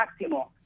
máximo